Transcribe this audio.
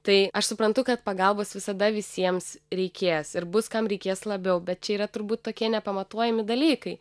tai aš suprantu kad pagalbos visada visiems reikės ir bus kam reikės labiau bet čia yra turbūt tokie nepamatuojami dalykai